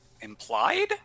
implied